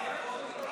תתבייש.